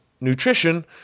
nutrition